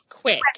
quick